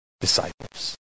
disciples